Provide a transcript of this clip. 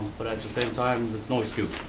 but at the same time, it's no excuse.